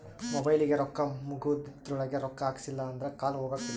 ಮೊಬೈಲಿಗೆ ರೊಕ್ಕ ಮುಗೆದ್ರೊಳಗ ರೊಕ್ಕ ಹಾಕ್ಸಿಲ್ಲಿಲ್ಲ ಅಂದ್ರ ಕಾಲ್ ಹೊಗಕಿಲ್ಲ